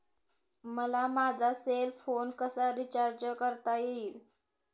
मला माझा cell phone कसा रिचार्ज करता येईल?